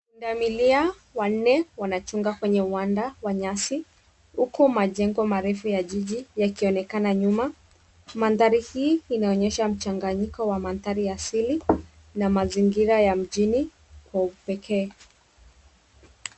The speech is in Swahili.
Pundamilia wanne wanachunga kwenye uwanja wa nyasi huku majengo marefu ya jiji yakionekana nyuma . Mandhari inaonyesha mchanganyiko wa mandhari asili na mazingira ya mjini kwa upekee.